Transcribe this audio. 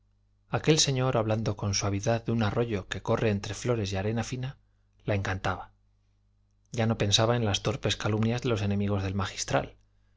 aquel señor hablando con la suavidad de un arroyo que corre entre flores y arena fina la encantaba ya no pensaba en las torpes calumnias de los enemigos del magistral